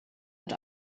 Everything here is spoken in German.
mit